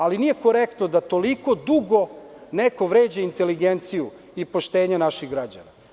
Ali, nije korektno da toliko dugo neko vređa inteligenciju i poštenje naših građana.